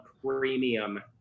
premium